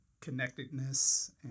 connectedness